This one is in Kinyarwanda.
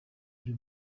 ibyo